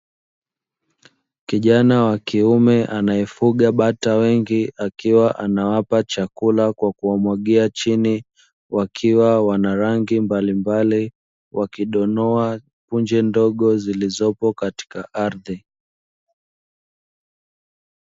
Kijana wa kiume anayefuga bata wengi akiwa anawapa chakula kwa kuwamwagia chini wakiwa wana rangi mbali mbali wakidonoa punje ndogo zilizopo katika ardhi.